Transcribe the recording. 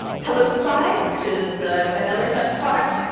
hellospy, which is another such product,